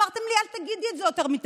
אמרתם לי: אל תגידי את זה יותר מדי.